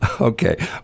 Okay